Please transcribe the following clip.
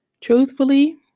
Truthfully